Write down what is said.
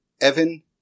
Evan